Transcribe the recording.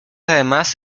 además